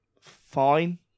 fine